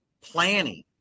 planning